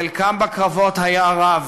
חלקם בקרבות היה רב,